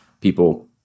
people